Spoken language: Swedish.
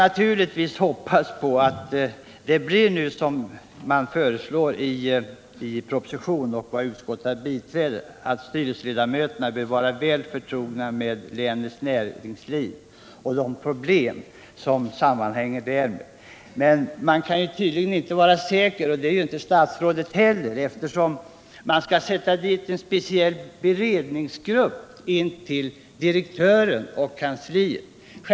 Det är bara att hoppas att det blir som propositionen och utskotts 55 majoriteten räknar med, nämligen att styrelseledamöterna är väl förtrogna med länets näringsliv och de problem som sammanhänger därmed. Men i det avseendet kan man tydligen inte vara helt säker, och det är ju inte heller statsrådet, eftersom det föreslås att en speciell beredningsgrupp skall knytas till utvecklingsfondernas kansli och till verkställande direktören.